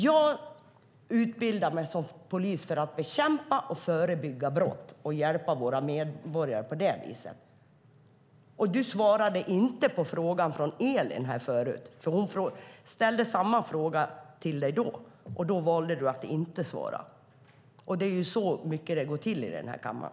Jag utbildade mig till polis för att bekämpa och förebygga brott och hjälpa våra medborgare på det viset. Du svarade inte på frågan från Elin Lundgren förut. Hon ställde samma fråga till dig då. Du valde att inte svara. Det är mycket så det går till i den här kammaren.